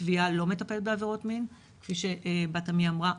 תביעה לא מטפלת בעבירות מין-כפי שבת עמי אמרה,